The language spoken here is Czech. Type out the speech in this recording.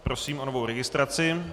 Prosím o novou registraci.